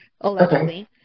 allegedly